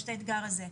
יש את האתגר הזה.